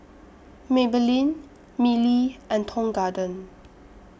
Maybelline Mili and Tong Garden